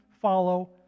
follow